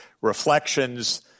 reflections